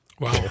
Wow